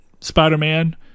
spider-man